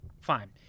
fine